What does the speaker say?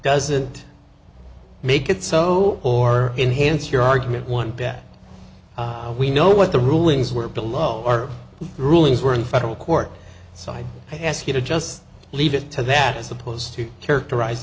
doesn't make it so or enhanced your argument one bet we know what the rulings were below or rulings were in federal court so i ask you to just leave it to that as opposed to characteriz